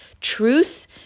truth